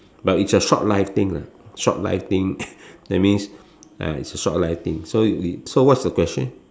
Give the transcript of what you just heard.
but it's a short life thing lah short life thing that means uh it's a short life thing so you so what's your question